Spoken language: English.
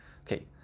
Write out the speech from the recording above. Okay